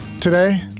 today